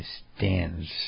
stands